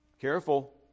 careful